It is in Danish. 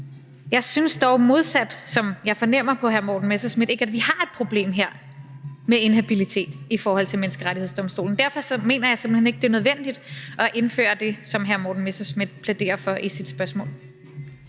Jeg synes dog modsat hr. Morten Messerschmidt, sådan som jeg fornemmer det, ikke, at vi har et problem med inhabilitet i forhold til Menneskerettighedsdomstolen. Derfor mener jeg simpelt hen ikke, det er nødvendigt at indføre det, som hr. Morten Messerschmidt plæderer for i sit spørgsmål.